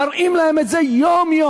מראים להם את זה יום-יום,